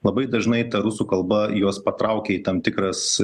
labai dažnai ta rusų kalba juos patraukia į tam tikras